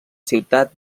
ciutat